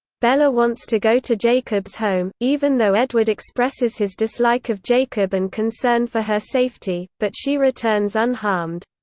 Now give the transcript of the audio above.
bella wants to go to jacob's home, even though edward expresses his dislike of jacob and concern for her safety, but she returns unharmed.